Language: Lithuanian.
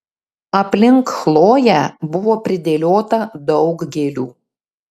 aplink chloję buvo pridėliota daug gėlių